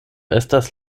estas